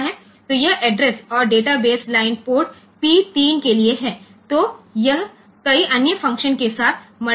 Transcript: તેથી આ સરનામું અને ડેટા બેઝ લાઇન્સ ત્યાં હોય છે અને પોર્ટ P3 અન્ય ઘણા કાર્યો સાથે મલ્ટિપ્લેક્સ્ડ હોય છે